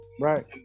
Right